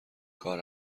کار